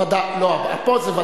לא חוק הוול"ל.